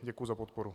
Děkuji za podporu.